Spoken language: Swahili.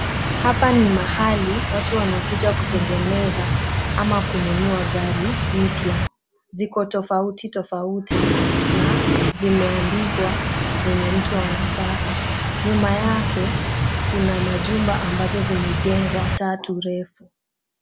Hapa ni mahali watu wanakuja kutengeneza ama kununua gari mpya. Ziko tofauti tofauti, na zimeandikwa yenye mtu anataka. Nyuma yake kuna majumba ambazo zimejengwa tatu refu.